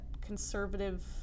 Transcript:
conservative